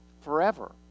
forever